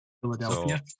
Philadelphia